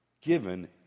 given